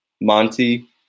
Monty